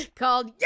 called